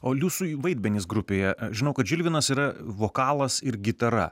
o jūsų vaidmenys grupėje žinau kad žilvinas yra vokalas ir gitara